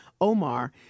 Omar